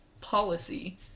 policy